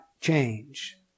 change